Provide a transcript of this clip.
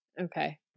Okay